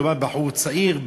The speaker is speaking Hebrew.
מדובר בבחור צעיר,